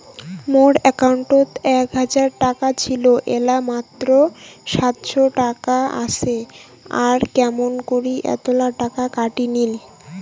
মোর একাউন্টত এক হাজার টাকা ছিল এলা মাত্র সাতশত টাকা আসে আর কেমন করি এতলা টাকা কাটি নিল?